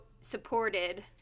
supported